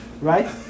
Right